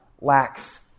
lacks